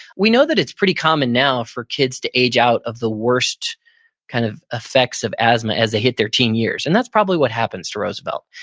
we know that it's pretty common now for kids to age out of the worst kind of effects of asthma as they hit their teen years, and this probably what happens to roosevelt.